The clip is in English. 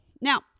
Now